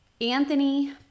Anthony